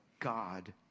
God